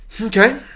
Okay